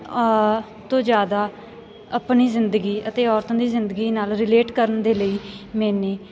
ਆ ਤੋਂ ਜ਼ਿਆਦਾ ਆਪਣੀ ਜ਼ਿੰਦਗੀ ਅਤੇ ਔਰਤਾਂ ਦੀ ਜ਼ਿੰਦਗੀ ਨਾਲ ਰਿਲੇਟ ਕਰਨ ਦੇ ਲਈ ਮੈਨੇ